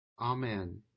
amen